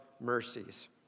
mercies